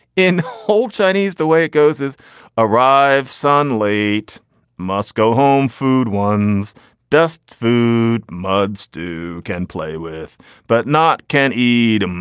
in whole chinese, the way it goes is arrived son late moscow home food. one's dust food mudd's do can play with but not can eat